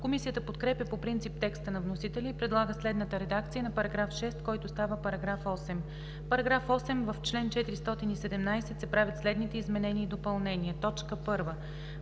Комисията подкрепя по принцип текста на вносителя и предлага следната редакция на § 6, който става § 8: „§ 8. В чл. 417 се правят следните изменения и допълнения: 1.